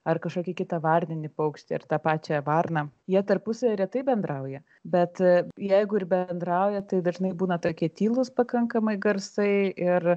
ar kažkokį kitą varninį paukštį ir tą pačią varną jie tarpusavy retai bendrauja bet jeigu ir bendrauja tai dažnai būna tokie tylūs pakankamai garsai ir